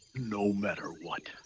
no matter what!